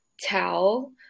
tell